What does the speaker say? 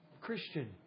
Christian